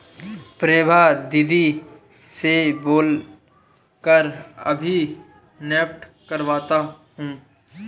प्रभा दीदी से बोल कर अभी नेफ्ट करवाता हूं